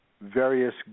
various